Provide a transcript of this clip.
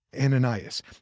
Ananias